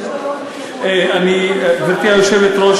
גברתי היושבת-ראש,